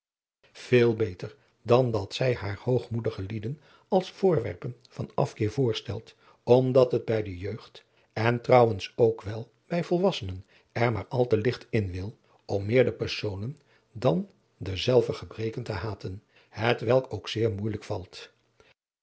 veel beter dan dat zij haar hoogmoedige lieden als voorwerpen van afkeer voorstelt omdat het bij de jeugd en trouwens ook wel bij volwassenen er maar al te ligt in wil om meer de personen dan derzelver gebreken te haten hetwelk ook zeer moeijelijk valt